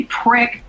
prick